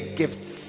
gifts